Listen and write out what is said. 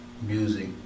music